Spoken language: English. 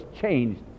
changed